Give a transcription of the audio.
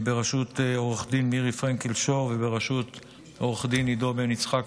בראשות עו"ד מירי פרנקל שור ובראשות עו"ד עידו בן יצחק,